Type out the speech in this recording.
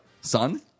son